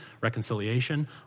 reconciliation